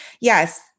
yes